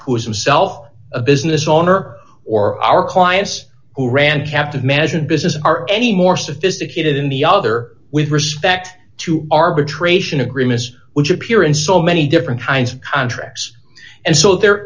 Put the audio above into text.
is himself a business owner or our clients who ran a captive management business are any more sophisticated in the other with respect to arbitration agreement which appear in so many different kinds of contracts and so there